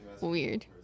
weird